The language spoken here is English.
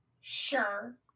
Sure